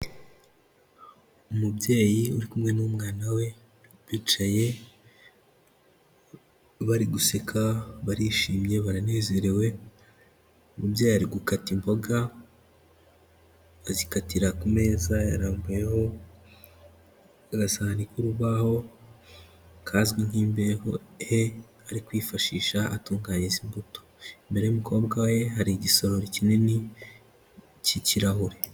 Umubyeyi uri kumwe n'umwana we bicaye bari guseka, barishimye, baranezerewe, umubyeyi ari gukata imboga azikatira ku meza yarambuyeho agasahani k'urubaho kazwi nk'imbehe ari kwifashisha atunganya izi mbuto. Imbere y'umukobwa we hari igisorori kinini cy'ikirahure.